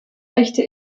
echte